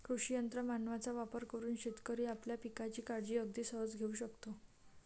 कृषी यंत्र मानवांचा वापर करून शेतकरी आपल्या पिकांची काळजी अगदी सहज घेऊ शकतो